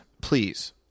please